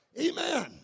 Amen